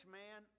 man